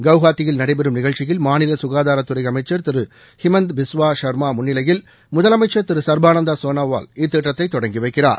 கவுகாத்தியில் நடைபெறும்நிகழ்ச்சியில் மாநில ககாதாரத்துறை அமைச்சர் திரு ஹிமந்த்த பிஸ்வா ஷர்மா முன்னிலையில் முதலமைச்சர் திரு சர்பானந்தா சோனாவால் இத்திட்டத்தை தொடங்கி வைக்கிறார்